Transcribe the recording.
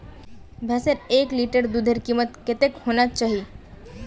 भैंसेर एक लीटर दूधेर कीमत कतेक होना चही?